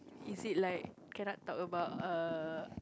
is it like cannot talk about err